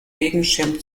regenschirm